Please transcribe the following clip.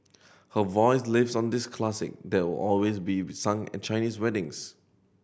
her voice lives on in this classing that will always be be sung Chinese weddings